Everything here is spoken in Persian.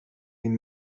این